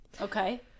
Okay